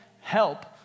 help